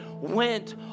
went